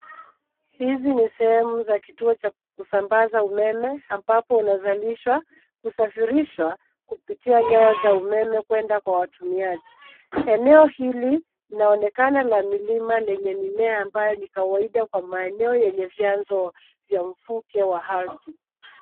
Hizi ni sehemu zenye kituo cha kusambaza umeme ambapo unazalishwa kusafirisha kupitia nyaya za umeme kwenda Kwa watumiaji eneo hili linaonekana la milima lenye mimea ambayo ni kawaida kwa maneno yenye vianzo vya mvuke wa ardhi